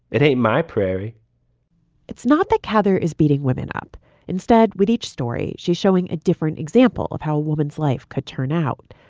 it ain't my prairie it's not the cather is beating women up instead with each story. she's showing a different example of how a woman's life could turn out.